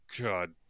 God